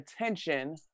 attention